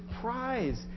prize